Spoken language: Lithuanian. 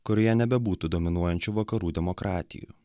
kurioje nebebūtų dominuojančių vakarų demokratijų